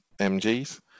MGs